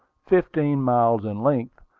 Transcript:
fifteen miles in length,